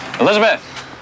Elizabeth